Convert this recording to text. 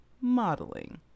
modeling